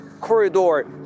corridor